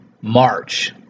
March